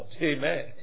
Amen